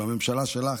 בממשלה שלך,